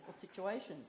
situations